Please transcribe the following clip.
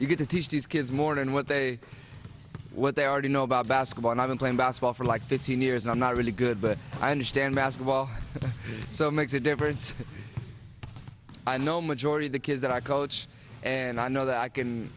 you've got to teach these kids more than what they what they already know about basketball and i've been playing bass well for like fifteen years i'm not really good but i understand basketball so makes a difference i know majority of the kids that i coach and i know that i can